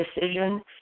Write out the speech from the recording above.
decision